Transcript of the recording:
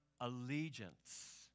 allegiance